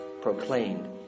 proclaimed